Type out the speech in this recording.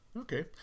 Okay